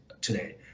today